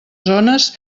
zones